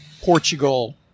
Portugal